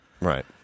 right